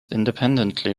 independently